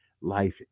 life